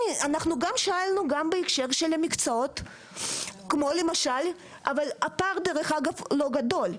שאלנו גם בהקשר של מקצועות אבל הפער דרך אגב לא גדול,